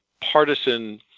partisan